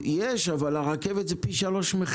יש, אבל המחיר ברכבת הוא פי שלושה.